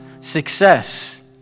success